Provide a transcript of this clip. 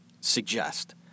suggest